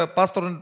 pastor